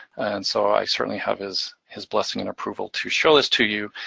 and so i certainly have his his blessing and approval, to show this to you,